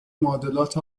معادلات